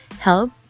help